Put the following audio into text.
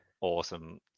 awesome